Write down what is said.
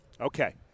Okay